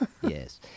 Yes